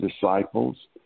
disciples